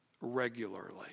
regularly